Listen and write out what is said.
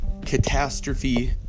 catastrophe